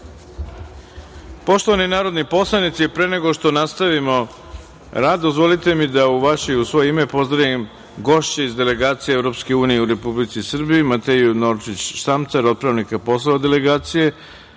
pravde. Poštovani narodni poslanici, pre nego što nastavimo rad, dozvolite mi da u vaše i u svoje ime pozdravim gošće iz Delegacije EU u Republici Srbiji, Mateju Norčić Štamcar, otpravnika poslova delegacije,